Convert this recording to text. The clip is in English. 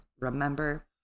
remember